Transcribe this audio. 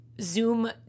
Zoom